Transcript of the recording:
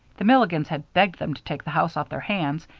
the milligans had begged them to take the house off their hands,